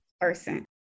person